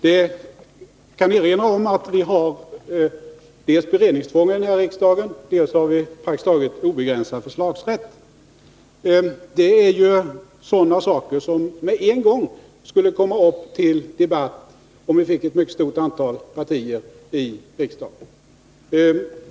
Jag kan erinra om att vi här i riksdagen dels har beredningstvång, dels praktiskt taget obegränsad förslagsrätt. Det är sådant som med en gång skulle komma upp till debatt, om vi fick ett mycket stort antal partier i riksdagen.